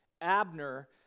Abner